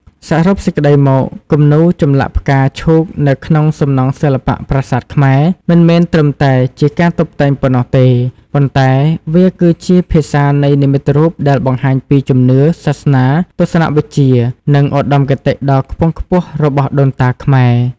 សរុបសេចក្តីមក គំនូរចម្លាក់ផ្កាឈូកនៅក្នុងសំណង់សិល្បៈប្រាសាទខ្មែរមិនមែនត្រឹមតែជាការតុបតែងប៉ុណ្ណោះទេ ប៉ុន្តែវាគឺជា ភាសានៃនិមិត្តរូបដែលបង្ហាញពីជំនឿ សាសនា ទស្សនវិជ្ជា និងឧត្តមគតិដ៏ខ្ពង់ខ្ពស់របស់ដូនតាខ្មែរ។